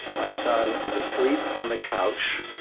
my son is asleep on the couch.